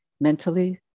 mentally